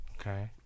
okay